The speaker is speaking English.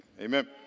amen